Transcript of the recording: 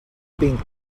pink